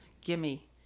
gimme